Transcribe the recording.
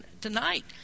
tonight